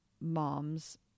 moms